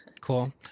Cool